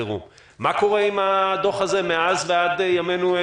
קופות החולים, בתי החולים,